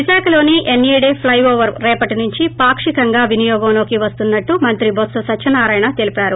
విశాఖలోని NAD flyover రేపటి నుంచి పాక్షికంగా వినియోగంలోకి వస్తున్నట్లు మంత్రి బొత్ప సత్యనారాయణ తెలిపారు